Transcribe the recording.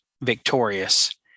victorious